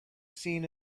seen